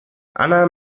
anna